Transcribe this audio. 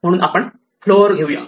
म्हणून आपण फ्लोअर घेऊ या